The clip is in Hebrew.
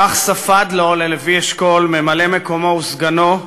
כך ספד לו, ללוי אשכול, ממלא-מקומו וסגנו,